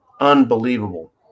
Unbelievable